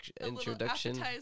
introduction